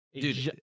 Dude